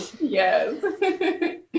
Yes